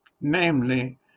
Namely